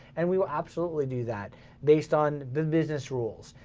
and we will absolutely do that based on the business rules.